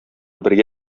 бергә